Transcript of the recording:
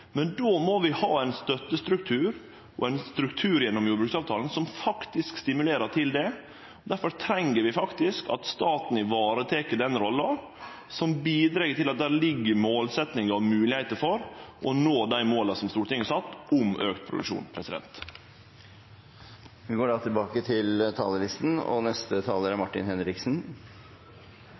Men då må vi ha ein støttestruktur og ein struktur gjennom jordbruksavtalen som faktisk stimulerer til det. Difor treng vi faktisk at staten varetek den rolla som bidreg til at det ligg føre målsetjingar og moglegheiter for å nå dei måla som Stortinget har sett om auka produksjon. Dermed er replikkordskiftet over. Havet gir store muligheter for Norge. Det er vi flinke til å minne hverandre på. Det som er